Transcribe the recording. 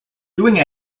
doing